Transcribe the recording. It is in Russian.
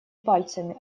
пальцами